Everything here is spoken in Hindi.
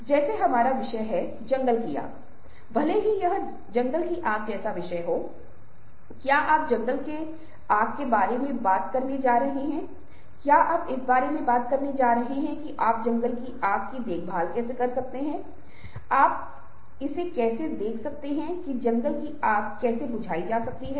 सबसे अच्छा उदाहरण टेलीफोन से मोबाइल और मोबाइल से स्मार्ट मोबाइलों तक का आंदोलन है हमारे पास मोबाइल हैं जहां मुख्य रूप से इंटरफ़ेस एक विज़ुअल्स इंटरफ़ेस है जो मुख्य रूप से इंटरैक्शन विज़ुअल्स है